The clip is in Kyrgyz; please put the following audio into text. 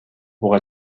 буга